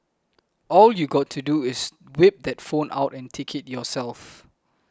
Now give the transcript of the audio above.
all you got to do is whip that phone out and take it yourself